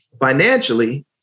financially